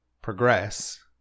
Progress